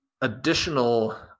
additional